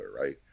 right